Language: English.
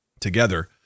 together